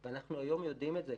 ואנחנו יום יודעים את זה,